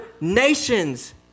nations